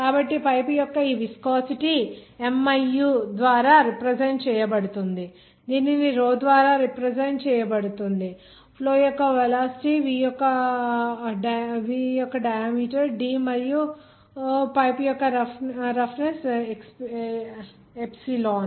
కాబట్టి పైపు యొక్క ఈ విస్కోసిటీ miu ద్వారా రిప్రజెంట్ చేయబడుతుంది డెన్సిటీ రో ద్వారా రిప్రజెంట్ చేయబడుతుంది ఫ్లో యొక్క వెలాసిటీ v పైపు డయామీటర్ d మరియు పైపు రఫ్నెస్ ఎప్సిలాన్